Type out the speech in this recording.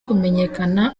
kumenyekana